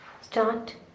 start